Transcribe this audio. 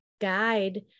guide